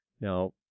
Now